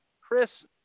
Chris